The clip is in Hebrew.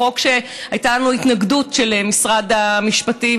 לחוק הייתה התנגדות של משרד המשפטים,